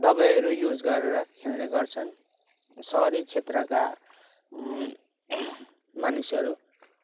दबाईहरू युज गरेर खेल्ने गर्छन् सहरी क्षेत्रका मानिसहरू